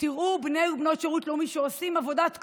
תראו בני ובנות שירות לאומי שעושים עבודת קודש,